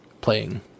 playing